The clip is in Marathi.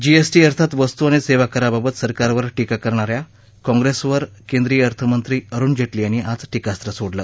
जीएसटी अर्थात वस्तू आणि सेवाकराबाबत सरकारवर टीका करणाऱ्या काँप्रेसवर केंद्रीय अर्थमंत्री अरुण जेटली यांनी आज टीकास्त्र सोडलं